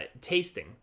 tasting